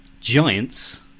giants